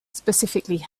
specifically